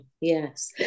yes